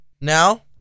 now